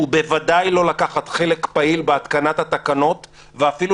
ובוודאי לא לקחת חלק פעיל בהתקנת התקנות ואפילו